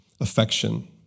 affection